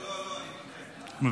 לא, אני מוותר.